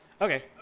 okay